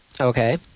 Okay